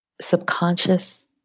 subconscious